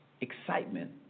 excitement